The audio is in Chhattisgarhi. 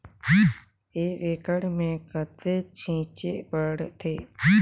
एक एकड़ मे कतेक छीचे पड़थे?